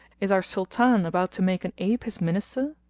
is our sultan about to make an ape his minister?